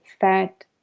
fat